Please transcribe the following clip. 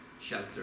shelter